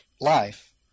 life